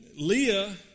Leah